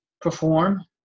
Perform